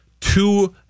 two